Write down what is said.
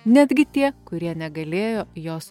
netgi tie kurie negalėjo jos